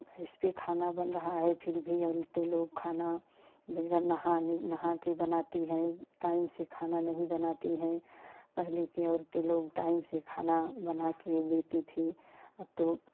gas पर खाना बन रहा है फिर भी और इतने लोग खाना बगैर नहानी नहाके बनाती है टाइम से खाना नहीं बनाती है पहले की औरतें लोग टाइम से खाना बना के देती थी अब तो